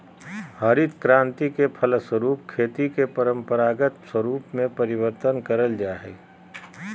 हरित क्रान्ति के फलस्वरूप खेती के परम्परागत स्वरूप में परिवर्तन करल जा हइ